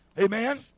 Amen